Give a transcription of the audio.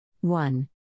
one